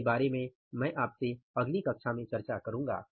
इसके बारे में मैं आपसे अगली कक्षा में चर्चा करूंगा